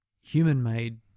human-made